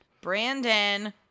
Brandon